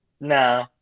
No